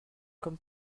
comme